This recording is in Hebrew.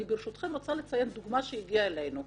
אני ברשותכם רוצה לציין דוגמה שהגיעה אלינו.